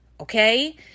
okay